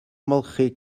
ymolchi